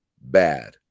bad